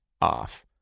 off